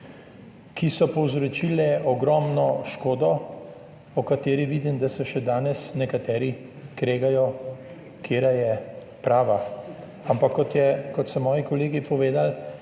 ki so povzročile ogromno škodo, o kateri vidim, da se še danes nekateri kregajo katera je prava. Ampak kot so moji kolegi povedali,